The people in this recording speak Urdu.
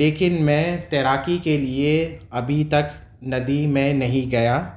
لیکن میں تیراکی کے لیے ابھی تک ندی میں نہیں گیا